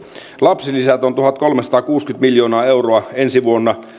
lapsilisät ovat tuhatkolmesataakuusikymmentä miljoonaa euroa ensi vuonna